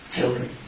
Children